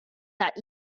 that